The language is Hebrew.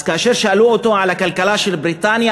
אז כאשר שאלו אותו על הכלכלה של בריטניה,